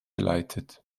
geleitet